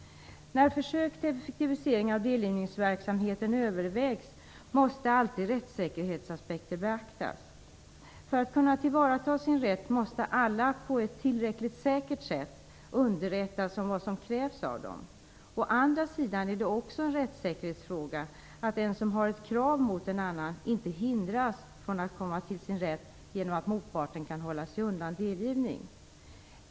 När försök till effektiviseringar av delgivningsverksamheten övervägs måste alltid rättssäkerhetsaspekter beaktas. För att kunna tillvarata sin rätt måste alla på ett tillräckligt säkert sätt underrättas om vad som krävs av dem. Å andra sidan är det också en rättssäkerhetsfråga att den som har ett krav mot en annan inte hindras från att komma till sin rätt genom att motparten kan hålla sig undan delgivning.